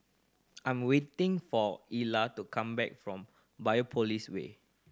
I am waiting for Illa to come back from Biopolis Way